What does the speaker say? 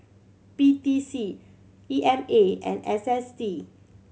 P T C E M A and S S T